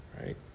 right